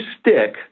Stick